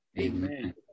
Amen